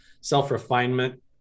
self-refinement